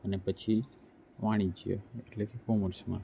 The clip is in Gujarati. અને પછી વાણિજ્ય એટલે કે કોમર્સમાં